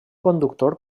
conductor